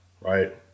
Right